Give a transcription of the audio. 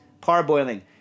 Parboiling